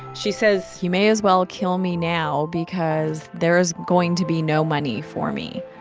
she says. he may as well kill me now because there is going to be no money for me.